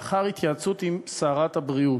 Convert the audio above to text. לאחר התייעצות עם שר הבריאות,